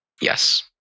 Yes